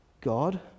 God